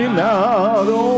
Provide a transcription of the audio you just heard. now